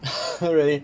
already